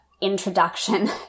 introduction